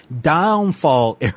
downfall